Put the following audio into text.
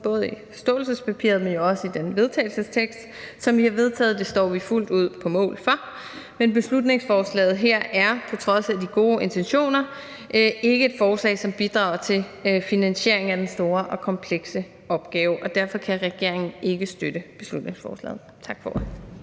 både forståelsespapiret og i det forslag til vedtagelse, som vi har vedtaget, og det står vi fuldt ud på mål for, men beslutningsforslaget her er på trods af de gode intentioner ikke et forslag, som bidrager til finansieringen af den store og komplekse opgave, og derfor kan regeringen ikke støtte beslutningsforslaget. Tak for